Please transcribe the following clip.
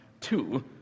two